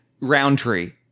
Roundtree